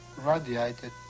radiated